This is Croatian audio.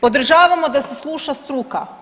Podržavamo da se sluša struka.